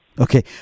Okay